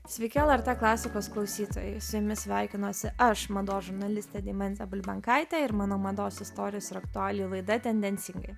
sveiki lrt klasikos klausytojai su jumis sveikinuosi aš mados žurnalistė deimantė bulbenkaitė ir mano mados istorijos ir aktualijų laida tendencingai